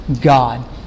God